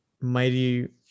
Mighty